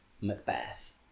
Macbeth